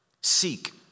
Seek